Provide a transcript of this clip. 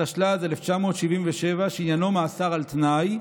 התשל"ד 1977, שעניינו מאסר על תנאי,